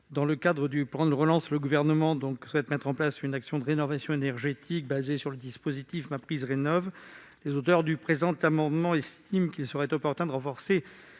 Dans le cadre du plan de relance, le Gouvernement souhaite mettre en place une action de rénovation énergétique reposant sur le dispositif MaPrimeRénov'. Les auteurs du présent amendement estiment qu'il serait opportun de renforcer